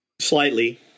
Slightly